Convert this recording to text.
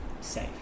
safe